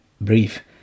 brief